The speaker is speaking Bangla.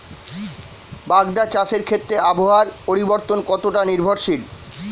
বাগদা চাষের ক্ষেত্রে আবহাওয়ার পরিবর্তন কতটা নির্ভরশীল?